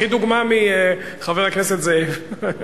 קחי דוגמה מחבר הכנסת זאב.